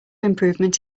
improvement